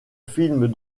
film